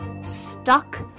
stuck